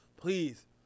please